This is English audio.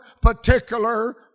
particular